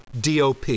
DOP